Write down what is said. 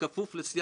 ויותר מזה,